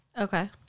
Okay